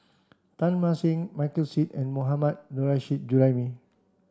Teng Mah Seng Michael Seet and Mohammad Nurrasyid Juraimi